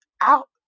out